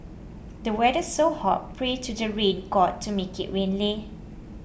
the weather's so hot pray to the rain god to make it rain leh